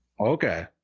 Okay